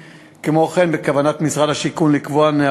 וכן סמני לייזר שלא מסומנים כדין שיכולים לעוור.